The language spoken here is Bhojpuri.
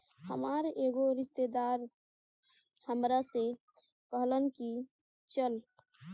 हामार एगो रिस्तेदार हामरा से कहलन की चलऽ